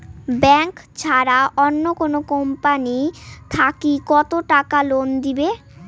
Bank ছাড়া অন্য কোনো কোম্পানি থাকি কত টাকা লোন দিবে?